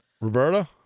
Roberta